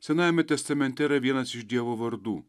senajame testamente yra vienas iš dievo vardų